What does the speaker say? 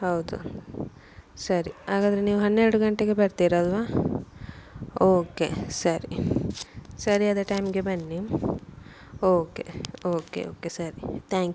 ಹೌದು ಸರಿ ಹಾಗಾದ್ರೆ ನೀವು ಹನ್ನೆರಡು ಗಂಟೆಗೆ ಬರ್ತೀರಲ್ವಾ ಓಕೆ ಸರಿ ಸರಿಯಾದ ಟೈಮ್ಗೆ ಬನ್ನಿ ಓಕೆ ಓಕೆ ಓಕೆ ಸರಿ ಥ್ಯಾಂಕ್ ಯು